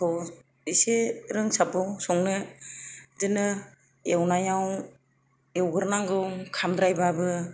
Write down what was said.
खौ एसे रोंसाबगौ संनो बिदिनो एउनायाव एउग्रोनांगौ खामद्रायबाबो